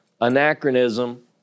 Anachronism